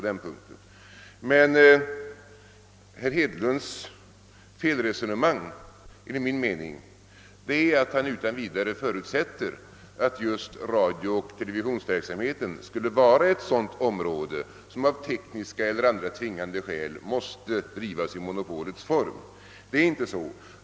Men felet i herr Hedlunds resonemang är enligt min mening att han utan vidare förutsätter att just radiooch televisionsverksamheten skulle vara ett sådant här område, som av tekniska eller andra tvingande skäl måste drivas i monopolets form. Det är inte så.